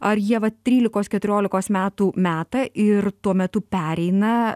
ar ievą trylikos keturiolikos metų meta ir tuo metu pereina